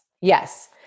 Yes